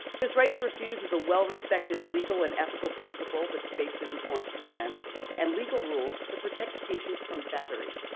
this right to refuse is a well-respected legal and ethical principle that's based in informed consent and legal rules that protect patients from battery,